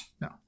no